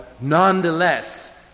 nonetheless